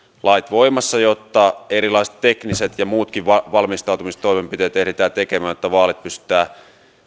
lakien voimassa jotta erilaiset tekniset ja muutkin valmistautumistoimenpiteet ehditään tekemään jotta vaalit pystytään